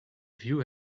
view